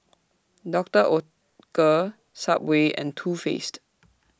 Doctor Oetker Subway and Too Faced